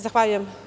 Zahvaljujem.